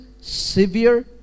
severe